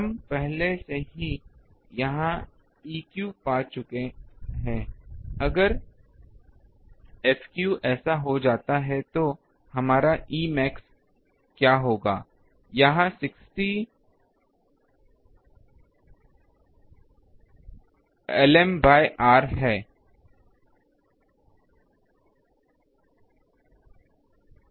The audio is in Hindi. हम पहले से ही यहां Eq पा चुके हैं अगर F ऐसा हो जाता है तो हमारा Emax क्या होगा यह 60 lm बाय r है